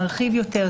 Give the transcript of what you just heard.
מרחיב יותר.